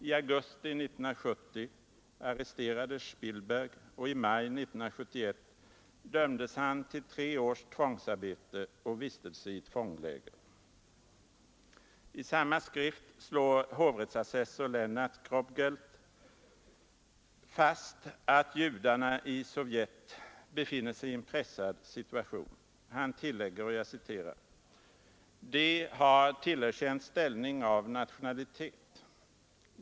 I augusti 1970 arresterades Sjpilberg, och i maj 1971 dömdes han till tre års tvångsarbete och vistelse i ett fångläger. I samma skrift fastslår hovrättsassessor Lennart Grobgeld att judarna i Sovjet befinner sig i en pressad situation. Han tillägger: ”De har tillerkänts ställning av nationalitet.